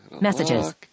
Messages